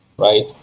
Right